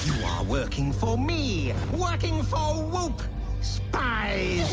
working for me working for woke i?